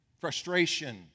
frustration